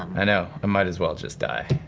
i know, i might as well just die.